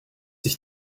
ich